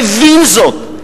הבין זאת,